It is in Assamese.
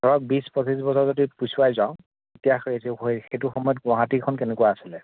ধৰক বিছ পঁচিছ বছৰ যদি পিছুৱাই যাওঁ তেতিয়া সেইটো সময়ত গুৱাহাটীখন কেনেকুৱা আছিলে